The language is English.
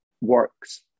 works